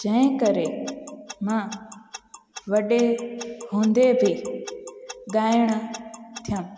जंहिं करे मां वॾे हूंदे बि ॻाइणु थियमि